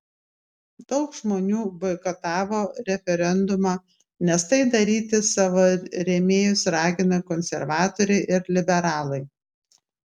daug žmonių boikotavo referendumą nes tai daryti savo rėmėjus ragino konservatoriai ir liberalai